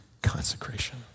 consecration